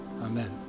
amen